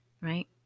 right